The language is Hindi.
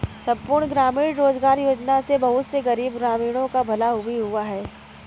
संपूर्ण ग्रामीण रोजगार योजना से बहुत से गरीब ग्रामीणों का भला भी हुआ है